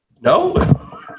No